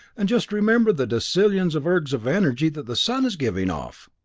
and just remember the decillions of ergs of energy that the sun is giving off!